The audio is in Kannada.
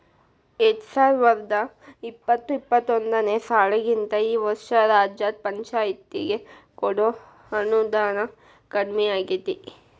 ಎರ್ಡ್ಸಾವರ್ದಾ ಇಪ್ಪತ್ತು ಇಪ್ಪತ್ತೊಂದನೇ ಸಾಲಿಗಿಂತಾ ಈ ವರ್ಷ ರಾಜ್ಯದ್ ಪಂಛಾಯ್ತಿಗೆ ಕೊಡೊ ಅನುದಾನಾ ಕಡ್ಮಿಯಾಗೆತಿ